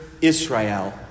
Israel